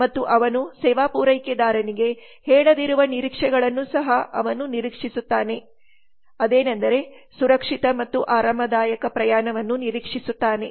ಮತ್ತು ಅವನು ಸೇವಾ ಪೂರೈಕೆದಾರನಿಗೆ ಹೇಳದಿರುವ ನಿರೀಕ್ಷೆಗಳನ್ನು ಸಹ ಅವನು ನಿರೀಕ್ಷಿಸುತ್ತಾನೆ ಮತ್ತೆ ಹೇಳುತ್ತಾನೆ ಅದೇನೆಂದರೆ ಸುರಕ್ಷಿತ ಮತ್ತು ಆರಾಮದಾಯಕ ಪ್ರಯಾಣವನ್ನು ನಿರೀಕ್ಷಿಸುತ್ತಾನೆ